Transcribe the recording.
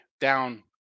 down